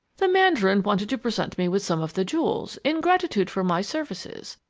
the mandarin wanted to present me with some of the jewels, in gratitude for my services,